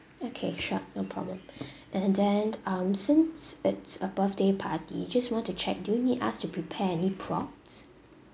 okay sure no problem and then um since it's a birthday party just want to check do you need us to prepare any props